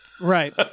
right